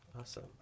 Awesome